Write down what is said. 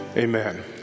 Amen